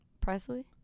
Presley